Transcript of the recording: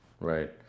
right